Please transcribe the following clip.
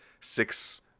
six